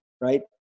right